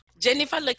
jennifer